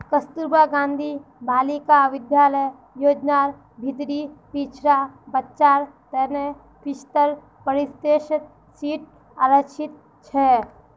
कस्तूरबा गांधी बालिका विद्यालय योजनार भीतरी पिछड़ा बच्चार तने पिछत्तर प्रतिशत सीट आरक्षित छे